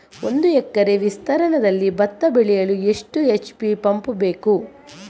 ಒಂದುಎಕರೆ ವಿಸ್ತೀರ್ಣದಲ್ಲಿ ಭತ್ತ ಬೆಳೆಯಲು ಎಷ್ಟು ಎಚ್.ಪಿ ಪಂಪ್ ಬೇಕು?